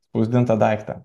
spausdintą daiktą